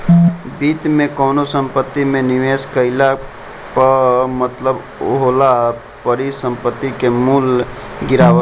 वित्त में कवनो संपत्ति में निवेश कईला कअ मतलब होला परिसंपत्ति के मूल्य गिरावल